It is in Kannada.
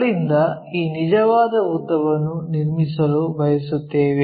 ಅಲ್ಲಿಂದ ಈ ನಿಜವಾದ ಉದ್ದವನ್ನು ನಿರ್ಮಿಸಲು ಬಯಸುತ್ತೇವೆ